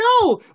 No